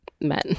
men